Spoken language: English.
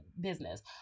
business